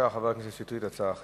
הצעה אחרת.